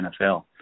NFL